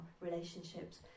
relationships